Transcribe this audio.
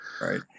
Right